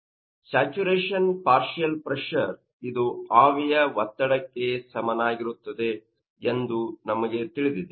ಆದ್ದರಿಂದ saturation partial pressure ಇದು ಆವಿಯ ಒತ್ತಡಕ್ಕೆ ಸಮನಾಗಿರುತ್ತದೆ ಎಂದು ನಮಗೆ ತಿಳಿದಿದೆ